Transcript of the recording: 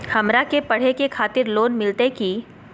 हमरा के पढ़े के खातिर लोन मिलते की?